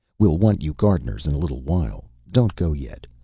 we'll want you gardeners in a little while. don't go yet.